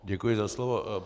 Děkuji za slovo.